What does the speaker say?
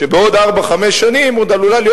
שבעוד ארבע-חמש שנים עוד עלולה להיות